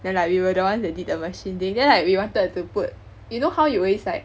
then like we were the ones that did the machine they didn't have we wanted to put you know how you always like